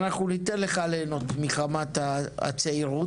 אנחנו ניתן לך להנות מחמת הצעירות,